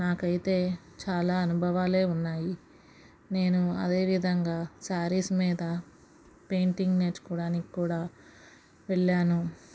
నాకైతే చాలా అనుభవాలే ఉన్నాయి నేను అదే విధంగా సారీస్ మీద పెయింటింగ్ నేర్చుకోవడానికి కూడా వెళ్ళాను